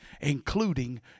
including